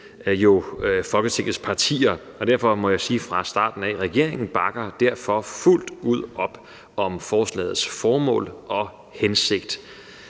med Folketingets partier om. Derfor må jeg sige fra starten af, at regeringen bakker fuldt ud op om forslagets formål og hensigten